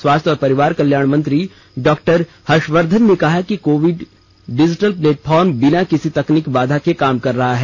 स्वास्थ्य और परिवार कल्याण मंत्री डॉक्टर हर्षवर्दधन ने कहा कि कोविन डिजिटल प्लेटफॉर्म बिना किसी तकनीकी बाधा के काम कर रहा है